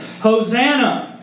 Hosanna